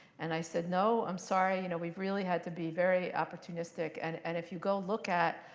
and i said, no, i'm sorry. you know we've really had to be very opportunistic. and and if you go look at